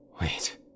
Wait